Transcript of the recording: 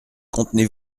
contenez